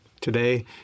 Today